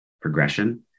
progression